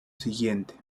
siguiente